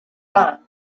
van